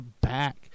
back